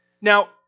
Now